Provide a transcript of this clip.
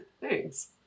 thanks